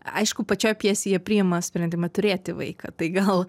aišku pačioj pjesėj jie priima sprendimą turėti vaiką tai gal